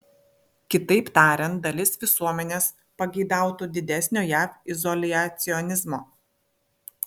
kitaip tariant dalis visuomenės pageidautų didesnio jav izoliacionizmo